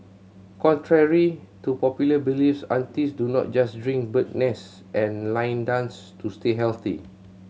contrary to popular beliefs aunties do not just drink bird's nest and line dance to stay healthy